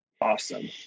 awesome